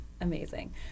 amazing